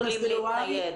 הקורונה.